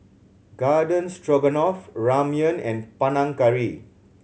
Garden Stroganoff Ramyeon and Panang Curry